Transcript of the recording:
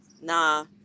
nah